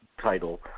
title